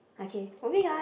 okay moving on